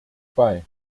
bei